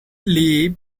live